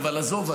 אבל עזוב,